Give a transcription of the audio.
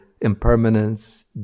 impermanence